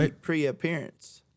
pre-appearance